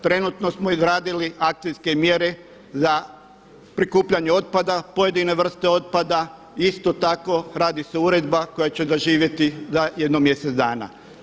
Trenutno smo izradili akcijske mjere za prikupljanje otpada, pojedine vrsta otpada, isto tako radi se uredba koja će zaživjeti za jedno mjesec dana.